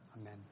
Amen